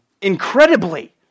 incredibly